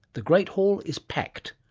the great hall is packed,